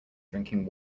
drinking